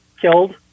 killed